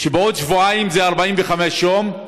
שבעוד שבועיים, זה 45 יום,